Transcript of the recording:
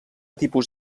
tipus